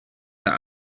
that